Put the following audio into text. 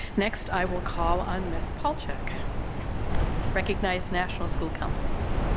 next i will call on mrs. palchik to recognize national school counseling week.